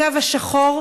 הקו השחור.